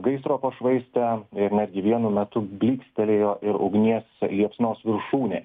gaisro pašvaistę ir netgi vienu metu blykstelėjo ir ugnies liepsnos viršūnė